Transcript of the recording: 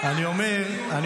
רק הביטחון של בן גביר ----- אבל